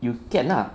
you can lah